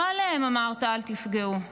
לא אמרת אל תפגעו בהם,